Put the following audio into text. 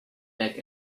back